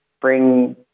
Bring